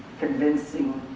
convincing